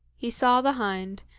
he saw the hind,